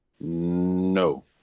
No